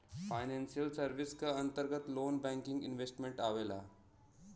financial service क अंतर्गत loan banking investment आवेला